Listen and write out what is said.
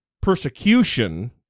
persecution